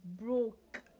broke